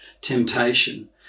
temptation